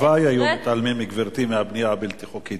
הלוואי היו מתעלמים, גברתי, מהבנייה הבלתי-חוקית.